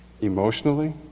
emotionally